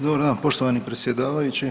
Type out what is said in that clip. Dobar dan poštovani predsjedavajući.